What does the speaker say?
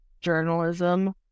journalism